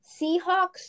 Seahawks